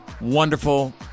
wonderful